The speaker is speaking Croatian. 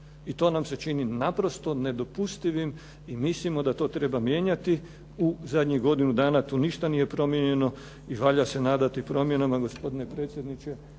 i to nam se čini naprosto nedopustivim i mislimo da to treba mijenjati. U zadnjih godinu dana tu ništa nije promijenjeno i valja se nadati promjenama gospodine predsjedniče.